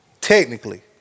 Technically